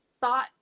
thought